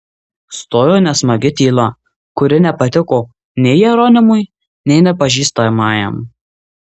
stojo nesmagi tyla kuri nepatiko nei jeronimui nei nepažįstamajam